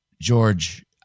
George